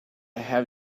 have